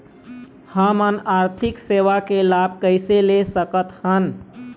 हमन आरथिक सेवा के लाभ कैसे ले सकथन?